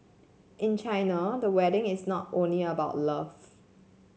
in China the wedding is not only about love